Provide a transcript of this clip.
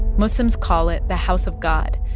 muslims call it the house of god,